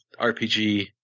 RPG